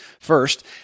first